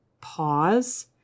pause